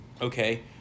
Okay